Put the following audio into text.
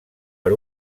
per